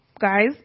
guys